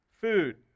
food